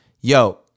Yo